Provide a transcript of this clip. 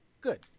good